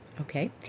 Okay